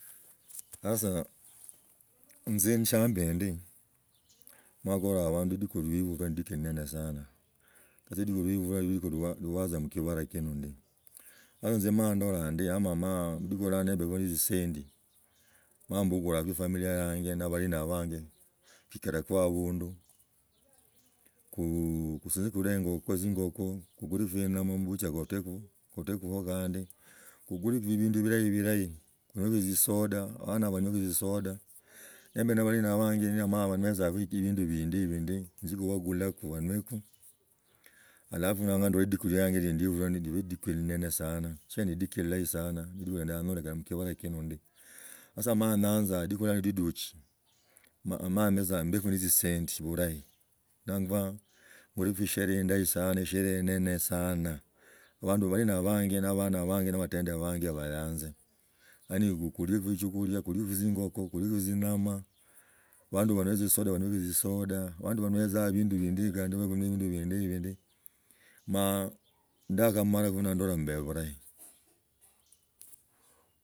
Sasa imbe mshamba enali wakalaa abandu imbekho indiku inene sana. Ibbaa idiku yuwaza mukibala kino ndimanzi emala ndala ndi lidiki lia mbiku ni tzisendi mala mbugulaka eramilia yanje na abalina abonje kukileko abandu, kutsile kule engoko, tzingako, kukulakho mmbucha gotekho, gotekekho gandi kugulikho tza ebindu bilahi bilahi niba etzisoda abana banywekho, tzisoda nimbe na abalina abanje nibamala banywetsakho ebindu bindi ibo ndii tnzie kubagulakho banyweku. Halafu nangwa lidiku lilahi sana. Sasa emala emala nanza lidiku lianje liduchi, amame tsa mbeko ne tzisenti bilahi nangwa bure khushereha indahi sana, esherahe enene sana abandu omanye na abanje abana abanje na abalendi abanje bayanze yaani kulieku siakulia kulieko tzinyoka kulieko tzinama banda babe ni tsisoda banyweko tsisada abandu ba banysetzanga ebindu bindi ibindi kandi banywi ebindi bindi ivi ndi ma ndakamala ko ndula mub bulahi